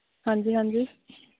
ਹਾਂਜੀ ਹਾਂਜੀ